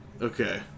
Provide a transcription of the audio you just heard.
Okay